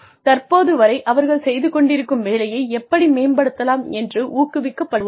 தற்போது வரை அவர்கள் செய்து கொண்டிருக்கும் வேலையை எப்படி மேம்படுத்தலாம் என்று ஊக்குவிக்கப்படுவார்கள்